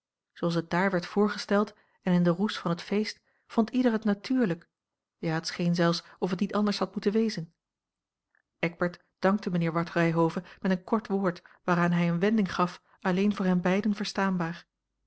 zooals het daar werd voorgesteld en in den roes van het feest vond ieder het natuurlijk ja het scheen zelfs of het niet anders had moeten wezen eckbert dankte mijnheer ward ryhove met een kort woord waaraan hij eene wending gaf alleen voor hen beiden verstaanbaar